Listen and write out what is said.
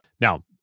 Now